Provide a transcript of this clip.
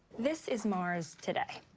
this is mars today.